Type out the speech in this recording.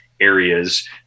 areas